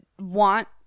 want